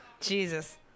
Jesus